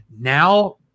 Now